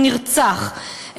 הוא נרצח,